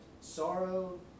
sorrow